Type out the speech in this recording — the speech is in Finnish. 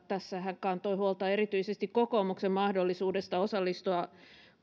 tässä hän kantoi huolta erityisesti kokoomuksen mahdollisuudesta osallistua